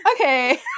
okay